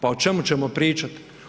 Pa o čemu ćemo pričat?